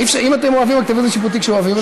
אם אתם אוהבים אקטיביזם שיפוטי כשאוהבים,